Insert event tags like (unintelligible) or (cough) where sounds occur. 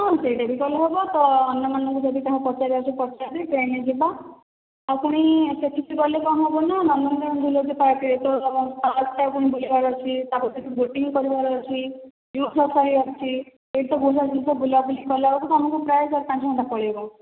ହଁ ସେଇଟା ବି ଭଲ ହେବ ତ ଅନ୍ୟମାନଙ୍କୁ ଯଦି କାହାକୁ ପଚାରିବାର ତାପରେ ପଚାରିଦେ ଟ୍ରେନ୍ ରେ ଯିବା ଆଉ ପୁଣି ସେଇଠି ଗଲେ କଣ ହେବ ନା ନନ୍ଦନକାନନ୍ ଜୁଲୋଜିକାଲ୍ ପାର୍କରେ ତ ପାର୍କଟା ବୁଲିବାର ଅଛି ତାପରେ ସେଠି ବୋଟିଂ କରିବାର ଅଛି (unintelligible) ଏଇଟି ତ ବହୁତ ସାରା ଜିନିଷ ବୁଲା ବୁଲି କଲା ବେଳକୁ ତ ଆମକୁ ପ୍ରାୟ ଚାରି ପାଞ୍ଚ ଘଣ୍ଟା ପଳେଇବ